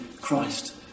Christ